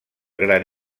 gran